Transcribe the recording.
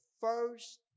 first